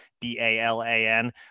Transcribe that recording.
B-A-L-A-N